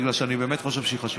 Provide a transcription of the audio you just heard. בגלל שאני באמת חושב שהיא חשובה.